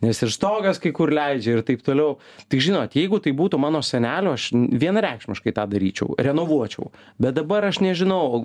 nes ir stogas kai kur leidžia ir taip toliau tik žinot jeigu tai būtų mano senelio aš vienareikšmiškai tą daryčiau renovuočiau bet dabar aš nežinau